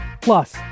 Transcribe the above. Plus